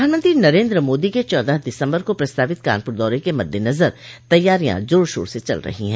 प्रधानमंत्री नरेन्द्र मोदी के चौदह दिसम्बर को प्रस्तावित कानपुर दौरे के मद्देनजर तैयारियां जोर शोर से चल रही है